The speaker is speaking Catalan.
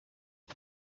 per